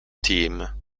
team